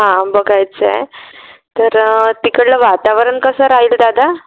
हां बघायचं आहे तर तिकडचं वातावरण कसं राहील दादा